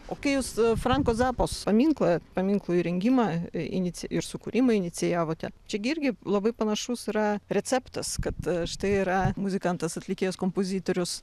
o kai jūs franko zapos paminklą paminklo įrengimą inici ir sukūrimą inicijavote čia gi irgi labai panašus yra receptas kad štai yra muzikantas atlikėjas kompozitorius